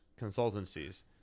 consultancies